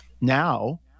now